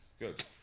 Good